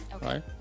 right